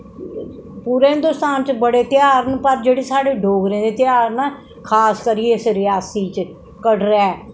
पूरे हिंदोस्तान च बड़े तेहार न पर जेह्ड़े साढ़े डोगरें दे तेहार न खास करियै इस रियासी च कटरै